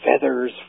Feathers